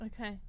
Okay